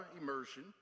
immersion